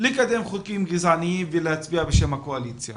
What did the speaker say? לקדם חוקים גזעניים ולהצביע בשם הקואליציה